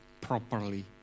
properly